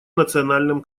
национальном